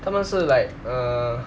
他们是 like err